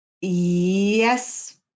yes